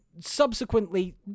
subsequently